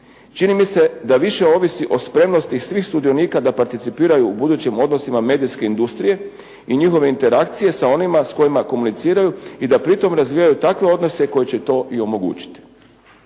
čini mi se da više ovisi o spremnosti svih sudionika da participiraju u budućim odnosima medijske industrije i njihove interakcije s onima s kojima komuniciraju i da pri tom razvijaju takve odnose koji će to i omogućiti.